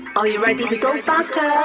are you ready to go faster?